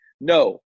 No